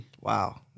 Wow